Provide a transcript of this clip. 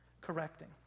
correcting